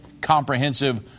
Comprehensive